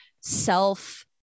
self